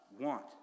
want